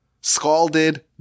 scalded